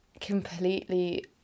completely